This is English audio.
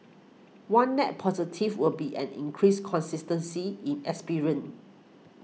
one net positive will be an increased consistency in experience